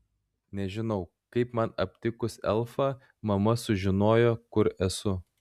nežinau kaip man aptikus elfą mama sužinojo kur esu